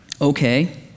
okay